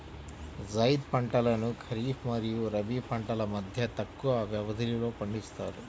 జైద్ పంటలను ఖరీఫ్ మరియు రబీ పంటల మధ్య తక్కువ వ్యవధిలో పండిస్తారు